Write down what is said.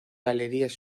galerías